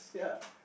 ya